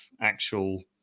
actual